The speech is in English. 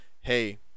hey